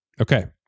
Okay